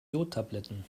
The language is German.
jodtabletten